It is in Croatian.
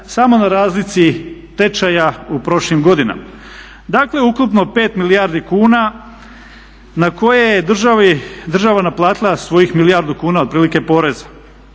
samo na razlici tečaja u prošlim godinama. Dakle ukupno 5 milijardi kuna na koje je država naplatila svojih milijardu kuna otprilike poreza.